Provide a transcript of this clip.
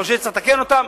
חושב שצריך לתקן אותם?